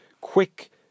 quick